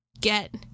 get